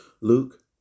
Luke